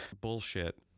bullshit